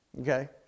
Okay